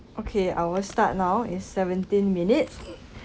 okay I will start now is seventeen minutes